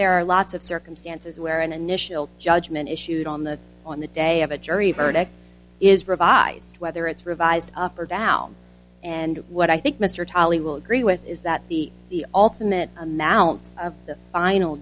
there are lots of circumstances where an initial judgment issued on the on the day of a jury verdict is revised whether it's revised up or down and what i think mr tolley will agree with is that the the ultimate amount of the final